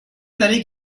برای